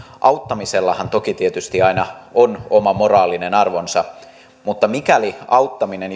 auttamisellahan toki tietysti aina on oma moraalinen arvonsa mutta mikäli auttaminen